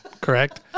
correct